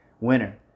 winner